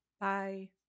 Bye